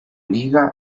liga